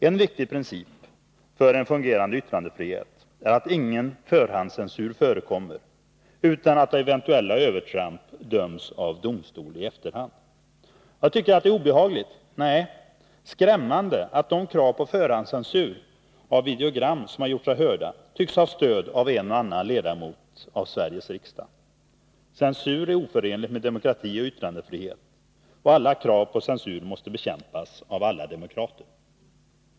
En viktig princip för en fungerande yttrandefrihet är att ingen förhandscensur förekommer, utan att eventuella övertramp döms av domstol i efterhand. Jag tycker att det är obehagligt, nej, skrämmande, att de krav på förhandscensur av videogram som har gjort sig hörda tycks ha stöd av en och annan ledamot av Sveriges riksdag. Censur är oförenligt med demokrati och yttrandefrihet, och alla krav på censur måste bekämpas av alla demokrater.